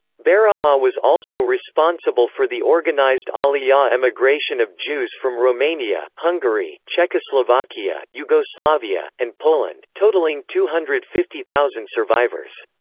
berihah was also responsible for the organized aliyah emigration of jews from romania, hungary, czechoslovakia, yugoslavia, and poland, totaling two hundred and fifty thousand survivors.